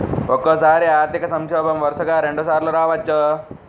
ఒక్కోసారి ఆర్థిక సంక్షోభం వరుసగా రెండుసార్లు రావచ్చు